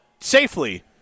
safely